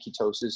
ketosis